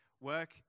Work